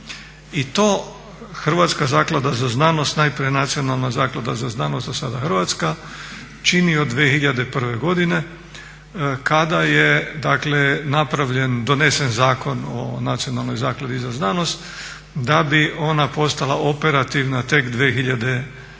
I to Hrvatska zaklada za znanost najprije Nacionalna zaklada za znanost, a sada Hrvatska čini od 2001.godine kada je napravljen donesen Zakon o Nacionalnoj zakladi za znanost da bi ona postala operativna tek 2012.,